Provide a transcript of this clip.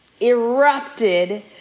erupted